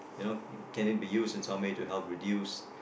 you know can it be used in someway to help reduce